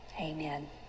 amen